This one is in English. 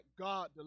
God